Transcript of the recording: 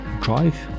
drive